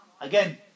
Again